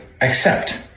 accept